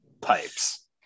Pipes